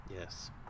Yes